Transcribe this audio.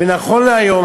ונכון להיום,